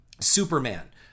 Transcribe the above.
Superman